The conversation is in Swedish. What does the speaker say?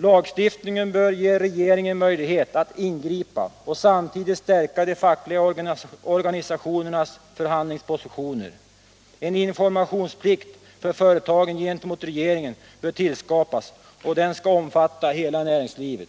Lagstiftningen bör ge regeringen möjlighet att ingripa och samtidigt stärka de fackliga organisationernas förhandlingspositioner. En informationsplikt för företagen gentemot regeringen bör tillskapas och den skall omfatta hela näringslivet.